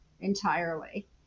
entirely